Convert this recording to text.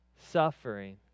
suffering